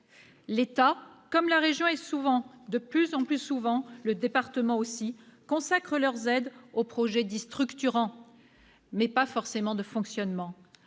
L'État, la région et, de plus en plus souvent, le département consacrent leurs aides aux projets dits « structurants », mais pas forcément au fonctionnement.